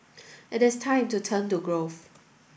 it is time to turn to growth